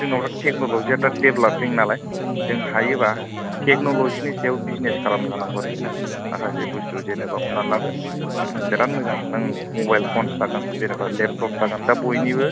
जोंनाव दा टेक्नलजिया दा देभ्लापिं नालाय जों हायोब्ला टेक्नलजिनि सायाव बिजनेस खालामनो हानांगौ आरखि ना माखासे बुस्थु जेनेबा हमनान लादो बिराथ मोजां नों मबाइल फनस थागोन जेनेबा लेपटपस थागोन दा बयनिबो